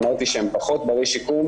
אמרתי שהם פחות ברי שיקום